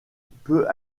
peut